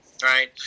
Right